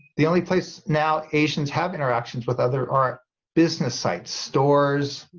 the only place now asians have interactions with others are business sites, stores